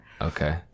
Okay